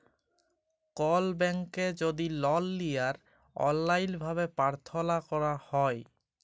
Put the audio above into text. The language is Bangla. কল ব্যাংকে যদি লল লিয়ার অললাইল ভাবে পার্থলা ক্যরা হ্যয়